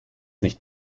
nicht